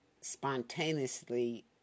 spontaneously